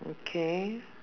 okay